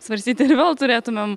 svarstyti ir vėl turėtumėm